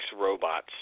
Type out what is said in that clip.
robots